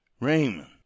Raymond